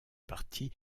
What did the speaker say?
parti